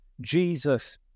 Jesus